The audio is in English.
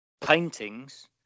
paintings